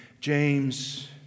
James